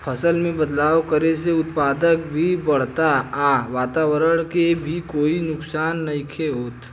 फसल में बदलाव करे से उत्पादन भी बढ़ता आ वातवरण के भी कोई नुकसान नइखे होत